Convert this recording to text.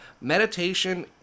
Meditation